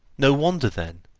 no wonder, then,